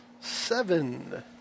Seven